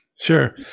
Sure